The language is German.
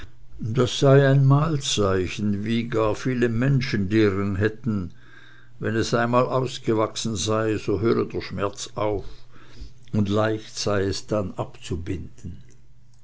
das sei ein malzeichen wie gar viele menschen deren hätten wenn es einmal ausgewachsen sei so höre der schmerz auf und leicht sei es dann abzubinden